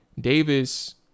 Davis